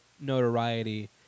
notoriety